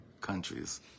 countries